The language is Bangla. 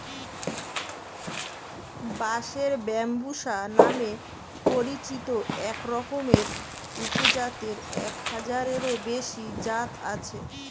বাঁশের ব্যম্বুসা নামে পরিচিত একরকমের উপজাতের এক হাজারেরও বেশি জাত আছে